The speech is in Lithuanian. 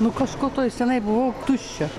nu kažko toj senai buvau tuščia